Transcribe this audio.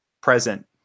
present